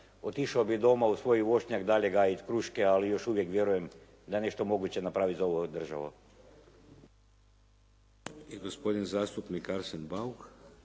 otišao bih doma u svoj voćnjak dalje … kruške, ali još uvijek vjerujem da je nešto moguće napraviti za ovu državu.